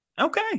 Okay